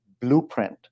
blueprint